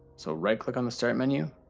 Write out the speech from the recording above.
so, right-click on the start menu,